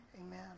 Amen